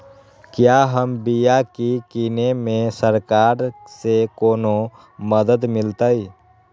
क्या हम बिया की किने में सरकार से कोनो मदद मिलतई?